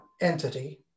entity